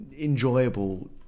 enjoyable